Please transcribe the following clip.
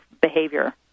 behavior